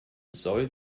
soll